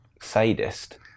sadist